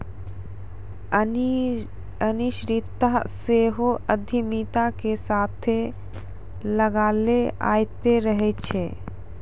अनिश्चितता सेहो उद्यमिता के साथे लागले अयतें रहै छै